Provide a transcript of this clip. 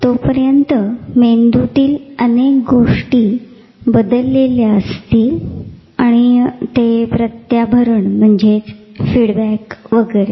तोपर्यंत मेंदूतील अनेक गोष्टी बदललेल्या असतील आणि ते प्रत्याभरण फीडबॅक वगैरे